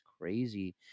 crazy